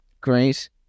Great